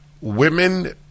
Women